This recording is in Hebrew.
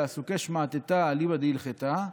"אסוקי שמעתתא אליבא דהלכתא",